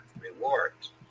rewards